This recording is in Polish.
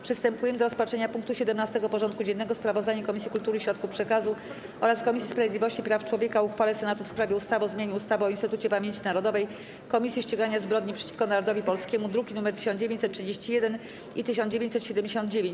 Przystępujemy do rozpatrzenia punktu 17. porządku dziennego: Sprawozdanie Komisji Kultury i Środków Przekazu oraz Komisji Sprawiedliwości i Praw Człowieka o uchwale Senatu w sprawie ustawy o zmianie ustawy o Instytucie Pamięci Narodowej - Komisji Ścigania Zbrodni przeciwko Narodowi Polskiemu (druki nr 1931 i 1979)